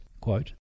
quote